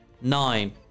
nine